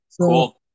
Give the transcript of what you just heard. Cool